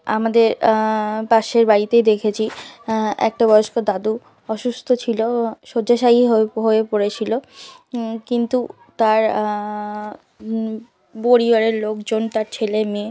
আমাদের পাশের বাড়িতেই দেখেছি একটা বয়স্ক দাদু অসুস্থ ছিলো শয্যাশায়ী হয়ে হয়ে পড়েছিলো কিন্তু তার পরিবারের লোকজন তার ছেলে মেয়ে